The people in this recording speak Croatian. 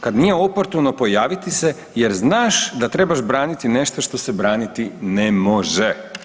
Kad nije oportuno pojaviti se jer znaš da trebaš braniti nešto što se braniti ne može.